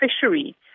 fishery